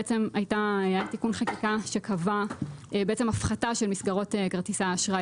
בעצם היה תיקון חקיקה שקבע בעצם הפחתה של מסגרות כרטיסי אשראי